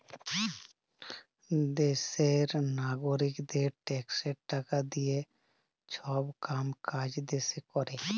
দ্যাশের লাগারিকদের ট্যাক্সের টাকা দিঁয়ে ছব কাম কাজ দ্যাশে ক্যরে